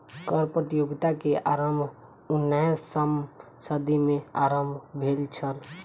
कर प्रतियोगिता के आरम्भ उन्नैसम सदी में आरम्भ भेल छल